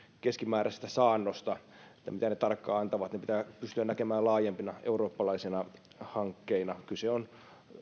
keskimääräistä saannosta mitä ne tarkkaan antavat ne pitää pystyä näkemään laajempina eurooppalaisina hankkeina kyse on